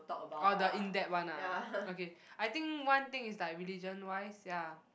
orh the in depth one ah okay I think one thing is like religion wise ya